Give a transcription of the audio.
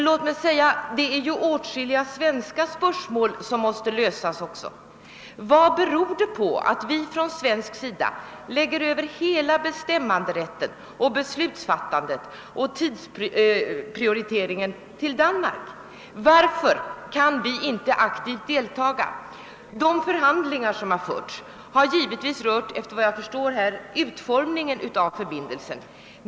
Låt mig säga att det också är åtskilliga svenska spörsmål som måste lösas. Vad beror det på att vi från svensk sida lägger över hela bestämmanderätten, beslutsfattandet och tidsprioriteringen till Danmark? Varför kan vi inte aktivt delta också här? De förhandlingar som förts har — efter vad jag förstått — rört utformningen av förbindelsen.